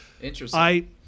Interesting